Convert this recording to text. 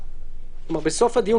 הלאה.